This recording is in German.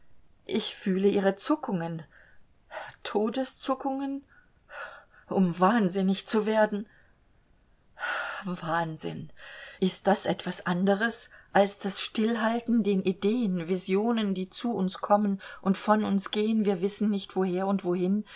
ich fühle ihre zuckungen todeszuckungen um wahnsinnig zu werden wahnsinn ist das etwas anderes als das stillhalten den ideen visionen die zu uns kommen und von uns gehen wir wissen nicht woher und wohin